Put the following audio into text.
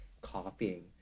copying